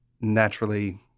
naturally